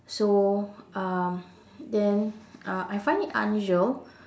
so um then uh I find it unusual